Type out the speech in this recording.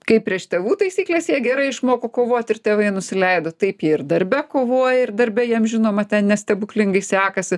kaip prieš tėvų taisykles jie gerai išmoko kovoti ir tėvai nusileido taip jie ir darbe kovoja ir darbe jiem žinoma ten nestebuklingai sekasi